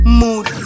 mood